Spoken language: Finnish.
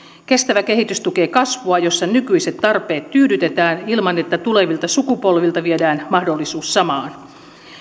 kestävä kehitys tukee kasvua jossa nykyiset tarpeet tyydytetään ilman että tulevilta sukupolvilta viedään mahdollisuus samaan